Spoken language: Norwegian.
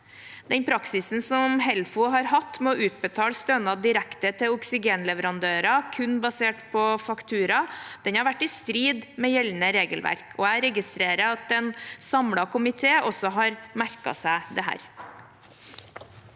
Den praksisen som Helfo har hatt med å utbetale stønad direkte til oksygenleverandører kun basert på faktura, har vært i strid med gjeldende regelverk. Jeg registrerer at en samlet komité også har merket seg dette.